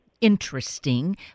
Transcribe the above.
interesting